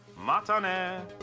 Matane